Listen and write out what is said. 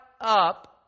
up